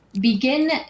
begin